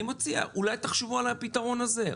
אני מציע, אולי תחשבו על הפתרון הזה.